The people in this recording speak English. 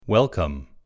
Welcome